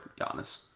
Giannis